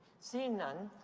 seeing none,